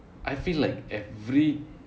I feel like every